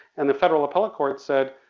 and the federal appellate court said,